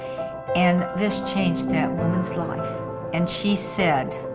and this changed that woman's life and she said,